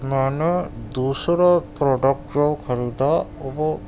میں نے دوسرا پروڈکٹ جو خریدا وہ